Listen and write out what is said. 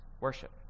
worship